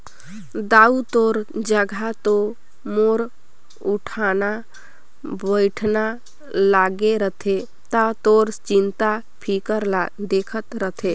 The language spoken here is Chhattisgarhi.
दाऊ तोर जघा तो मोर उठना बइठना लागे रथे त तोर चिंता फिकर ल देखत रथें